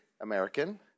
American